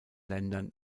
ländern